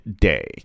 day